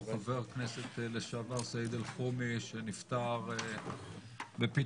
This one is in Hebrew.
חבר הכנסת לשעבר סעיד אלחרומי שנפטר בפתאומיות,